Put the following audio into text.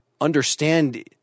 understand